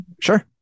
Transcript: Sure